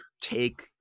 take